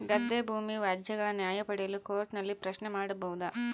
ಗದ್ದೆ ಭೂಮಿ ವ್ಯಾಜ್ಯಗಳ ನ್ಯಾಯ ಪಡೆಯಲು ಕೋರ್ಟ್ ನಲ್ಲಿ ಪ್ರಶ್ನೆ ಮಾಡಬಹುದಾ?